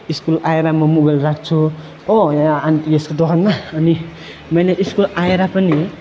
school आएर म mobile राख्छु हो यहाँ आन्टी यसको दोकानमा अनि मैले स्कुल आएर पनि